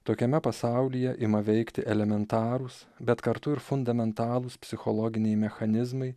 tokiame pasaulyje ima veikti elementarūs bet kartu ir fundamentalūs psichologiniai mechanizmai